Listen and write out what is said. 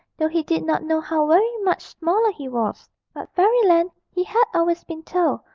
though he did not know how very much smaller he was but fairyland, he had always been told,